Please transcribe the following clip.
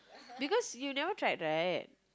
because you never tried right